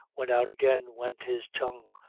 when out again went his tongue,